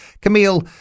Camille